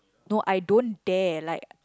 no I don't dare like